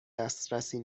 دسترسی